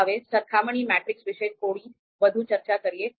હવે સરખામણી મેટ્રિક્સ વિશે થોડી વધુ ચર્ચા કરીએ